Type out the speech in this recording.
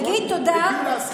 נכון?